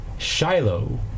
Shiloh